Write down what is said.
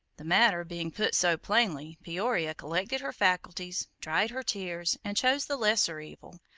the matter being put so plainly, peoria collected her faculties, dried her tears and chose the lesser evil,